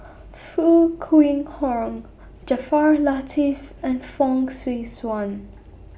Foo Kwee Horng Jaafar Latiff and Fong Swee Suan